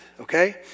okay